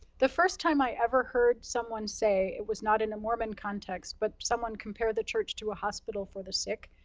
the first time i ever heard someone say, it was not in a mormon context, but someone compared the church to a hospital for the sick,